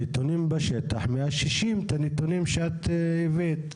הנתונים בשטח מאששים את הנתונים שאת הבאת.